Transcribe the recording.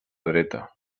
dreta